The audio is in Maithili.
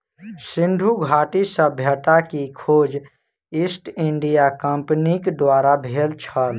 सिंधु घाटी सभ्यता के खोज ईस्ट इंडिया कंपनीक द्वारा भेल छल